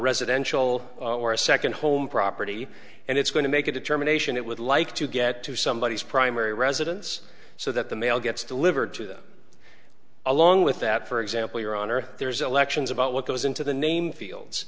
residential or a second home property and it's going to make a determination it would like to get to somebody as primary residence so that the mail gets delivered to them along with that for example your honor there's elections about what goes into the name fields